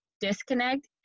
disconnect